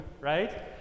right